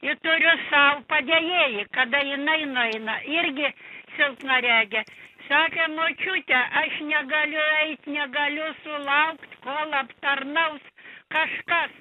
i turiu sau padėjėjį kada jinai nueina irgi silpnaregė sakė močiute aš negaliu eit negaliu sulaukt kol aptarnaus kažkas